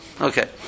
Okay